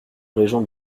régent